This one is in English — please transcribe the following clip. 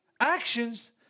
actions